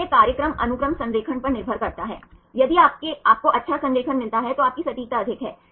तो यह कार्यक्रम अनुक्रम संरेखण पर निर्भर करता है यदि आपको अच्छा संरेखण मिलता है तो आपकी सटीकता अधिक है